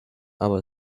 aber